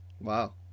Wow